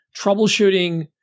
troubleshooting